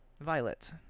violet